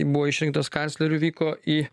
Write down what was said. buvo išrinktas kancleriu vyko į